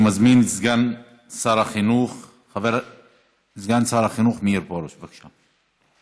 אני מזמין את סגן שר החינוך מאיר פרוש, בבקשה.